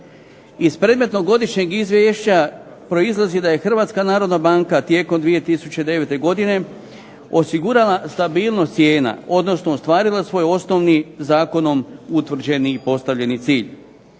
Iz predmetnog godišnjeg izvješća proizlazi da je HNB-a tijekom 2009. godine osigurala stabilnost cijena, odnosno ostvarila svoj osnovni zakonom utvrđeni postavljeni cilj.